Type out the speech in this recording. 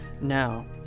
Now